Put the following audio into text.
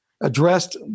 addressed